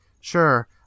sure